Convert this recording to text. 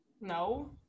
No